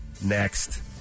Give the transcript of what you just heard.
next